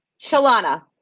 Shalana